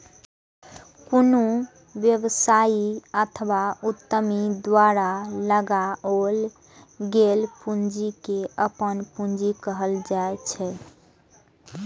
कोनो व्यवसायी अथवा उद्यमी द्वारा लगाओल गेल पूंजी कें अपन पूंजी कहल जाइ छै